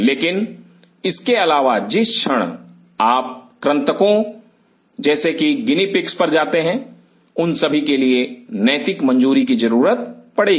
लेकिन इसके अलावा जिस क्षण आप कृंतको जैसे कि गिनी पिग्स पर जाते हैं उन सभी के लिए नैतिक मंजूरी की जरूरत पड़ेगी